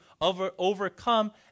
overcome